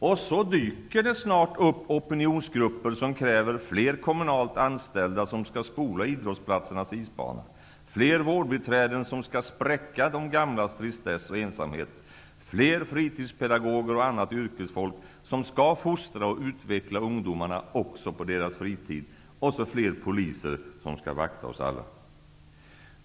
Snart dyker det då upp opinionsgrupper som kräver fler kommunalt anställda, som skall spola idrottsplatsernas isbana, fler vårdbiträden som skall spräcka de gamlas tristess och ensamhet, fler fritidspedagoger och annat yrkesfolk, som skall fostra och utveckla ungdomarna också på deras fritid samt fler poliser som skall vakta oss alla.